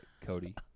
Cody